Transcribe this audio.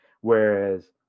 whereas